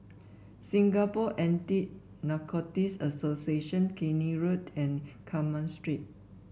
Singapore Anti Narcotics Association Keene Road and Carmen Street